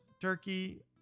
Turkey